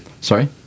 Sorry